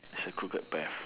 it's a crooked path